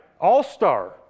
All-star